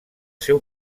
seu